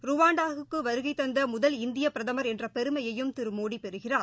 ருவாண்டாவுக்கு வருகை தந்த முதல் இந்திய பிரதமர் என்ற பெருமையையும் திரு மோடி பெறுகிறார்